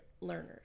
learners